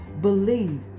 believe